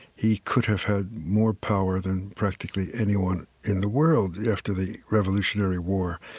he could have had more power than practically anyone in the world after the revolutionary war,